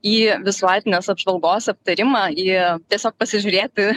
į visuotinės apžvalgos aptarimą į tiesiog pasižiūrėti